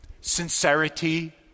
sincerity